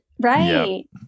Right